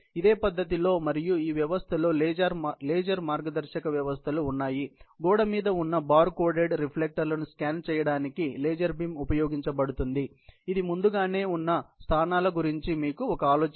ఇదే పద్ధతిలో మరియు ఈ వ్యవస్థలో లేజర్ మార్గదర్శక వ్యవస్థలు ఉన్నాయి గోడ మీద ఉన్న బార్ కోడెడ్ రిఫ్లెక్టర్లను స్కాన్ చేయడానికి లేజర్ బీమ్ ఉపయోగించబడుతుంది ఇది ముందుగానే ఉన్న స్థానాల గురించి మీకు ఒక ఆలోచన ఇస్తుంది